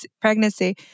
pregnancy